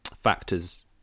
factors